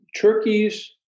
Turkey's